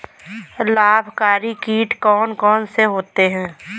लाभकारी कीट कौन कौन से होते हैं?